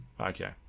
okay